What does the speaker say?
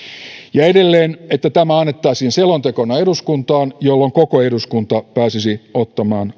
ja edelleen että tämä annettaisiin selontekona eduskuntaan jolloin koko eduskunta pääsisi ottamaan